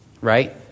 right